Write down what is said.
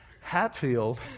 Hatfield